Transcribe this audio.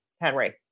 Henry